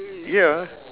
ya